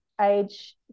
age